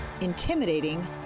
intimidating